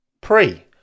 pre